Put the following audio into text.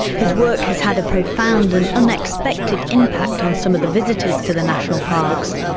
his work has had a profound and unexpected impact on some of the visitors to the national parks.